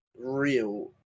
real